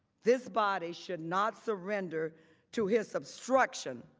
this body should not surrender to his obstruction.